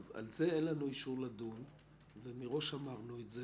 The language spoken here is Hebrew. על זה אין לנו אישור לדון ואמרנו את זה